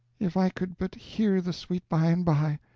if i could but hear the sweet by-and-by!